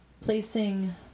placing